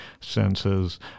senses